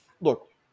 look